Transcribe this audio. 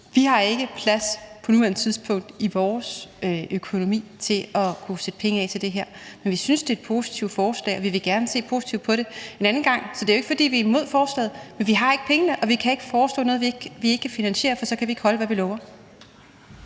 Vi har ikke plads på nuværende tidspunkt i vores økonomi til at kunne sætte penge af til det her, men vi synes, det er et positivt forslag, og vi vil gerne se positivt på det en anden gang. Så det er jo ikke, fordi vi er imod forslaget. Men vi har ikke pengene, og vi kan ikke foreslå noget, vi ikke kan finansiere, for så kan vi ikke holde, hvad vi lover.